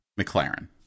McLaren